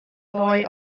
boy